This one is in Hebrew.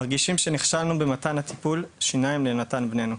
מרגישים שנכשלנו במתן טיפול השיניים ליונתן בננו.